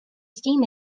steam